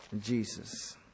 Jesus